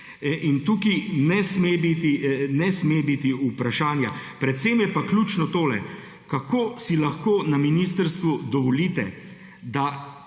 In tukaj ne sme biti vprašanja. Predvsem je pa ključno to, kako si lahko na ministrstvu dovolite, da